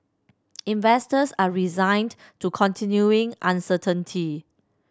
investors are resigned to continuing uncertainty